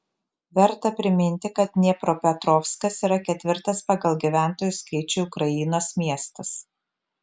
verta priminti kad dniepropetrovskas yra ketvirtas pagal gyventojų skaičių ukrainos miestas